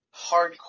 hardcore